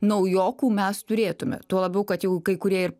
naujokų mes turėtume tuo labiau kad jau kai kurie ir